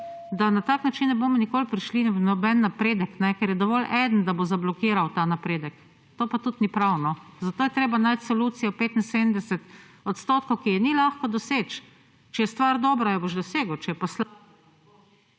da na tak način ne bomo nikoli prišli na noben napredek, ker je dovolj eden, da bo zablokiral ta napredek. To pa tudi ni prav. Zato je treba najti solucijo 75 %, ki je ni lahko doseči. Če je stvar dobra, jo boš dosegel, če je pa slaba,